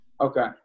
Okay